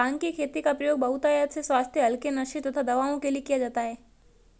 भांग की खेती का प्रयोग बहुतायत से स्वास्थ्य हल्के नशे तथा दवाओं के लिए किया जाता है